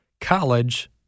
College